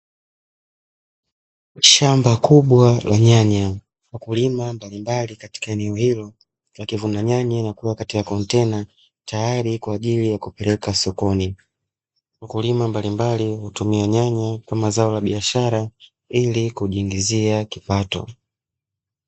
Shamba kubwa la nyanya, wakulima mbalimbali katika eneo hilo wakivuna nyanya na kuweka katika kontena tayari kwa ajili ya kupeleka sokoni. Wakulima mbalimbali hutumia nyanya kama mazao ya biashara ili kujiingizia kipato.